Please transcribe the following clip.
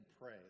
pray